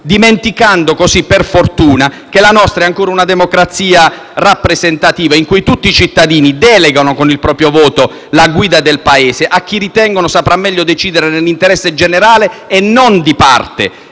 Dimenticano così che la nostra (per fortuna), è ancora una democrazia rappresentativa in cui tutti i cittadini delegano con il proprio voto la guida del Paese a chi ritengono saprà meglio decidere nell'interesse generale, e non di parte;